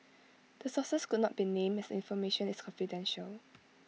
the sources could not be named as the information is confidential